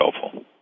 helpful